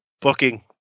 booking